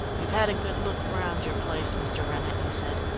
we've had a good look round your place, mr. rennett, he said,